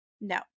No